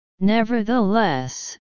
Nevertheless